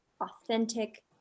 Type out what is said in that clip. authentic